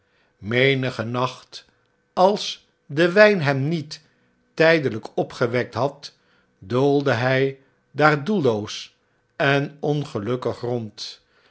menigen nacht als de wijn hem niet tn'deln'k opgewekt had doolde hij daar doelloos en ongelukkig rond